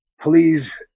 Please